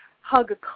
hug